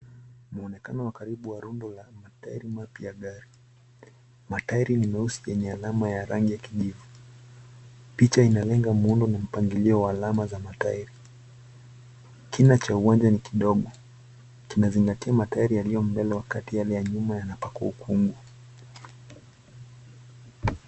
Mwonekano wa karibu wa rundo ya matairi mapya ya gari. Matairi ni meusi yenye alama ya rangi ya kijivu. Picha inalenga muundo na mpangilio wa alama za matairi. Kina cha uwanja ni kidogo. Kinazingatia matairi yaliyo mbele wakati yale ya nyuma yanapaka ukungu.